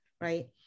right